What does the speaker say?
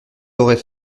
l’aurait